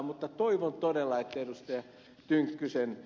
mutta toivon todella että ed